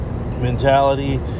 mentality